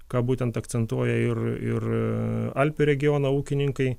ką būtent akcentuoja ir ir alpių regiono ūkininkai